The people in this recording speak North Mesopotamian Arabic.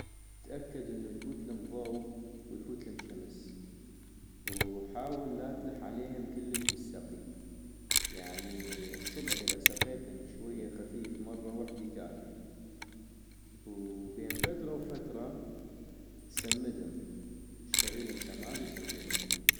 تأكد انو يفوتلم ضو ويفوتلم شمس - وحاول لا تلح عليهم كلش بالسقي ، يعني الصبح اذا سقيتم شوية خفيف مرة وحدي كافي - وبين فترة وفترة سمدم ، اشتغيلك سماد وسمدم